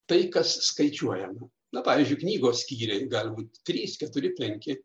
tai kas skaičiuojama na pavyzdžiui knygos skyriai gali būt trys keturi penki